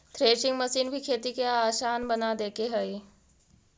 threshing machine भी खेती के आसान बना देके हइ